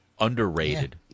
Underrated